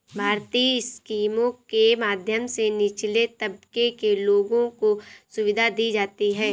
भारतीय स्कीमों के माध्यम से निचले तबके के लोगों को सुविधा दी जाती है